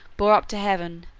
bore up to heaven,